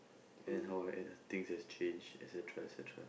and how and things have change et-cetera et-cetera